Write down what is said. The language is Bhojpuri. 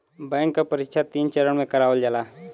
बैंक क परीक्षा तीन चरण में करावल जाला